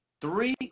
Three